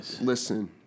Listen